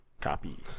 Copy